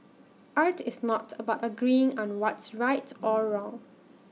art is not about agreeing on what's right or wrong